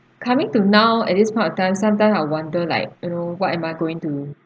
coming to now at least point of the time sometimes I wonder like you know what am I going to